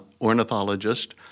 ornithologist